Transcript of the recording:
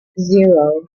zero